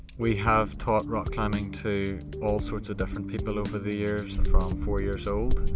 we have taught rock climbing to all sorts of different people over the years, and from four years old.